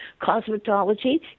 cosmetology